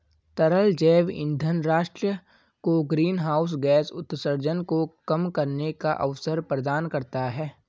तरल जैव ईंधन राष्ट्र को ग्रीनहाउस गैस उत्सर्जन को कम करने का अवसर प्रदान करता है